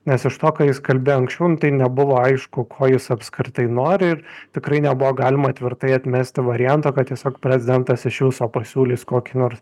nes iš to ką jis kalbėjo anksčiau nu tai nebuvo aišku ko jis apskritai nori ir tikrai nebuvo galima tvirtai atmesti varianto kad tiesiog prezidentas iš viso pasiūlys kokį nors